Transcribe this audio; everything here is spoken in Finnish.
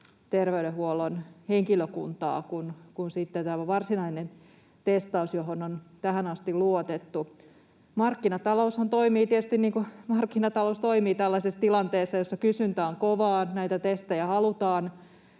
terveydenhuollon henkilökuntaa kuin varsinainen testaus, johon on tähän asti luotettu. Markkinataloushan toimii tietysti niin kuin markkinatalous toimii tällaisessa tilanteessa, jossa kysyntä on kovaa. Näitä testejä halutaan